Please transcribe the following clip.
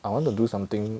I want to do something